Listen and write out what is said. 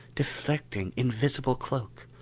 deflecting, invisible cloak.